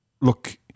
look